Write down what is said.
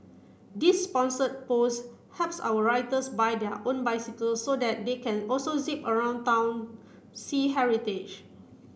this sponsored post helps our writers buy their own bicycles so their they can also zip around town see heritage